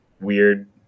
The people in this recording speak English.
weird